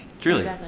truly